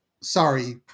Sorry